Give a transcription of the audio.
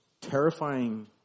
terrifying